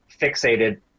fixated